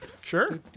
Sure